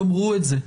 תאמרו את זה.